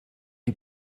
die